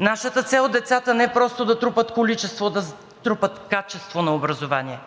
нашата цел децата не просто да трупат количество, а да трупат качество на образованието